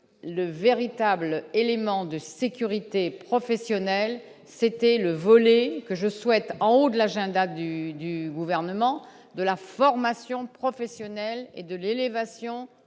le véritable élément de sécurité professionnelle, c'était le volet que je souhaite, en haut de la Jeanne Arc du du gouvernement de la formation professionnelle et de l'élévation des compétences